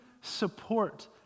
support